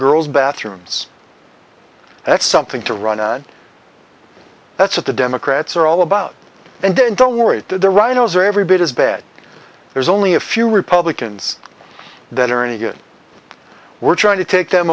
girls bathrooms that's something to run that's what the democrats are all about and then don't worry the rhinos are every bit as bad there's only a few republicans that are any good we're trying to take them